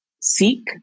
seek